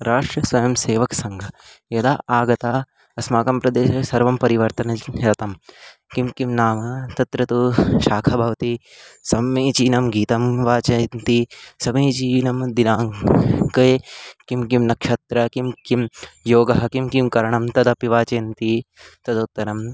राष्ट्र स्वयंसेवकसङ्घः यदा आगतः अस्माकं प्रदेशे सर्वं परिवर्तनं जातं किं किं नाम तत्र तु शाखा भवति समीचीनं गीतं वाचयन्ति समीचीनं दिनाङ्के किं किं नक्षत्रं किं किं योगः किं किं करणं तदपि वाचयन्ति तदुत्तरम्